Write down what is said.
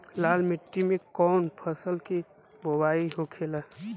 लाल मिट्टी में कौन फसल के बोवाई होखेला?